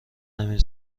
نمی